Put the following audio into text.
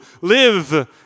live